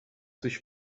sich